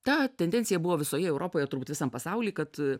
ta tendencija buvo visoje europoje turbūt visam pasauly kad